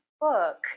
book